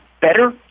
better